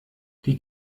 die